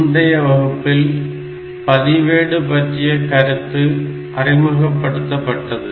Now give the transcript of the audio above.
முந்தைய வகுப்பில் பதிவேடு பற்றிய கருத்து அறிமுகப்படுத்தப்பட்டது